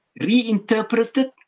reinterpreted